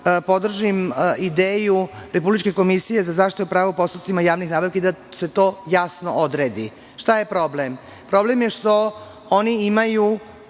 podržim ideju Republičke komisije za zaštitu prava u postupcima javnih nabavki i da se to jasno odredi. Šta je problem? Problem je što oni imaju